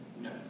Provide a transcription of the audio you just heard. No